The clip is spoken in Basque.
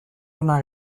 ona